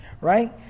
Right